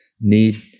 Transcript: need